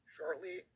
Shortly